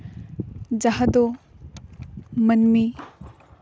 ᱡᱟᱦᱟᱸ ᱫᱚ ᱢᱟᱹᱱᱢᱤ